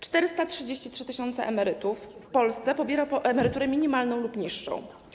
433 tys. emerytów w Polsce pobiera emeryturę minimalną lub niższą.